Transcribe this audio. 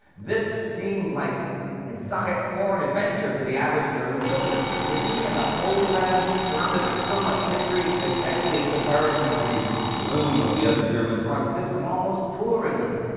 this seemed like an exotic foreign adventure to the average german soldier to be in the holy land surrounded by so much history, especially in comparison to the gloom of the other german fronts, this was almost tourism.